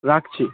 রাখছি